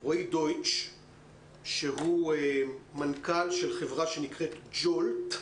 הדיבור לרועי דויטש שהוא מנכ"ל של חברה שנקראת Jolt.